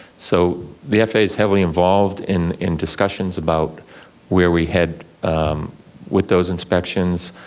so the fa's heavily involved in in discussions about where we head with those inspections,